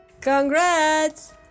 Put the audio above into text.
Congrats